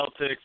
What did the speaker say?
Celtics